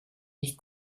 nicht